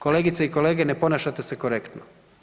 Kolegice i kolege ne ponašate se korektno.